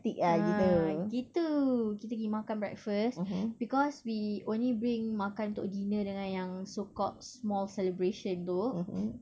ha gitu kita pergi makan breakfast because we only bring makan untuk dinner dengan yang so called small celebration tu